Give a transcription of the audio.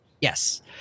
Yes